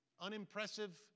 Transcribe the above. unimpressive